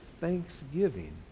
thanksgiving